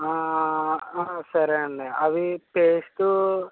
సరే అండి అవి పేస్టూ